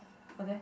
but then